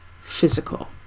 Physical